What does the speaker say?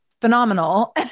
phenomenal